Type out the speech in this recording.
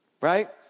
Right